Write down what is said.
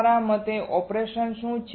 તમારા મતે ઓપરેશન શું છે